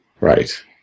Right